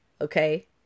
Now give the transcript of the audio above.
Okay